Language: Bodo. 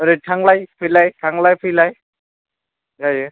ओरै थांलाय फैलाय थांलाय फैलाय जायो